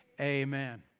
amen